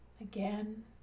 Again